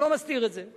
ואני לא מסתיר את זה.